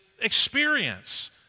experience